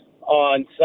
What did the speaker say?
on